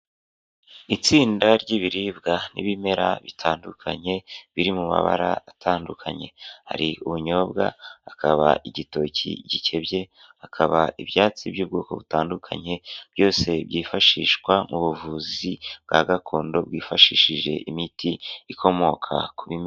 Itsinda ry'ibiribwa n'ibimera bitandukanye, biri mu mabara atandukanye. Hari ubunyobwa, hakaba igitoki gikebye, hakaba ibyatsi by'ubwoko butandukanye, byose byifashishwa mu buvuzi bwa gakondo, bwifashishije imiti ikomoka ku bimera.